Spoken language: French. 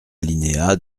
alinéa